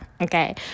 okay